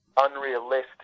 unrealistic